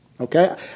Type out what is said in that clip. Okay